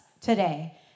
today